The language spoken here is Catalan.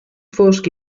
foscs